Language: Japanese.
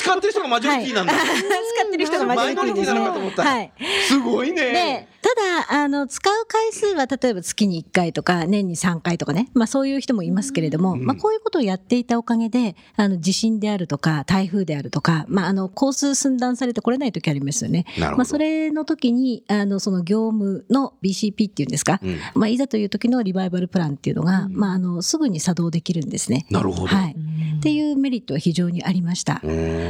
使ってる人がマジョリティなんだ。はい。うん。使ってる人がマジョリティですね。前乗りになるのかと思った。はい。すごいね。で、ただ、あの、使う回数は例えば月に一回とか、年に三回とかね。まあ、そういう人もいますけれども、うん。まあ、こういうことをやっていたおかげで、あの、地震であるとか、台風であるとか、まあ、あの、交通寸断されてこれない時ありますよね。なるほど。まあ、それの時に、あの、その業務のBCPっていうんですか？うん。まあ、いざという時のリバイバルプランっていうのが、うん。まあ、あの、すぐに作動できるんですね。なるほど。はい。うん。っていうメリットは非常にありました。うーん。